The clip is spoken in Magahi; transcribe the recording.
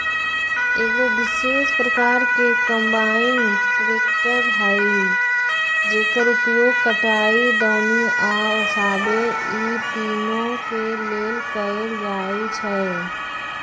एगो विशेष प्रकार के कंबाइन ट्रेकटर हइ जेकर उपयोग कटाई, दौनी आ ओसाबे इ तिनों के लेल कएल जाइ छइ